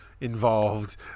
Involved